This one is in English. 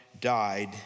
died